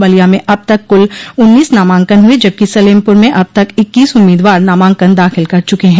बलिया में अब तक कुल उन्नीस नामांकन हुए जबकि सलेमपुर में अब तक इक्कीस उम्मीदवार नामांकन दाखिल कर चुके हैं